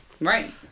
Right